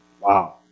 wow